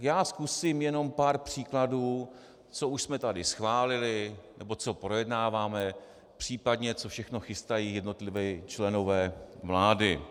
Já zkusím jenom pár příkladů, co už jsme tady schválili nebo co projednáváme, případně co všechno chystají jednotliví členové vlády.